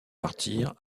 martyrs